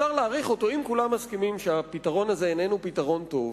אם כולם מסכימים שהפתרון הזה איננו טוב,